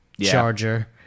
charger